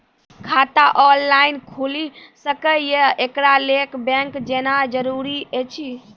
खाता ऑनलाइन खूलि सकै यै? एकरा लेल बैंक जेनाय जरूरी एछि?